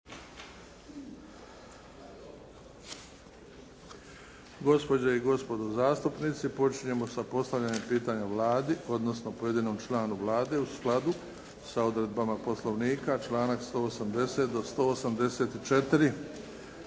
Gospođe i gospodo zastupnici počinjemo sa postavljanjem pitanja Vladi, odnosno pojedinom članu Vlade u skladu sa odredbama Poslovnika, članak 180. do 184.